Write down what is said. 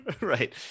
Right